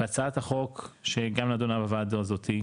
בהצעת החוק שגם נדונה בוועדה הזאת,